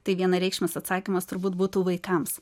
tai vienareikšmis atsakymas turbūt būtų vaikams